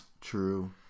True